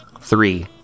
Three